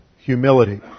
humility